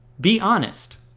be honest.